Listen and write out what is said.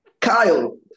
kyle